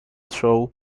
show